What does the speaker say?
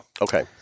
Okay